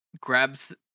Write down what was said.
grabs